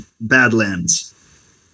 Badlands